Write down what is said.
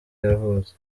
yavutse